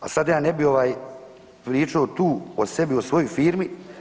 A sada ja ne bih pričao tu o sebi i svojoj firmi.